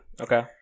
Okay